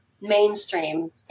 mainstream